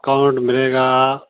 discount ਮਿਲੇਗਾ